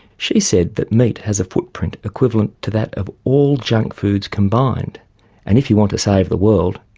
she said that meat has a footprint equivalent to that of all junk foods combined and if you want to save the world,